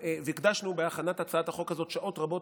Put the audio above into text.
והקדשנו בהכנת הצעת החוק הזאת שעות רבות,